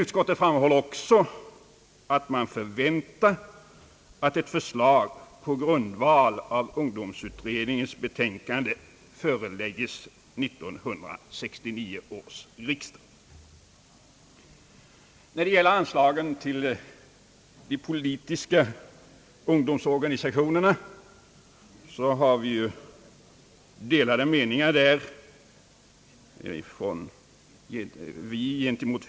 Utskottet framhåller emellertid också att det förväntar att ett förslag på grundval av ungdomsutredningens betänkande föreläggs 1969 års riksdag. I fråga om anslagen till de politiska ungdomsorganisationerna redovisas delade meningar.